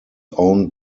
owned